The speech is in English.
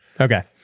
Okay